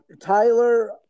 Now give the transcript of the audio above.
Tyler